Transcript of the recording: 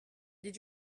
did